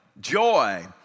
joy